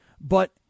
but-